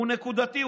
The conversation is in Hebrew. הוא נקודתי,